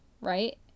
right